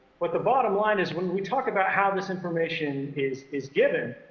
but the bottom line is, when we talk about how this information is is given,